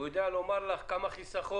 הוא יודע לומר לך כמה חיסכון.